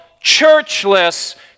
churchless